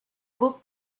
beau